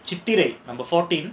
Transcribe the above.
Chithirai number fourteen